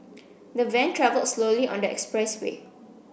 the van travelled slowly on the express way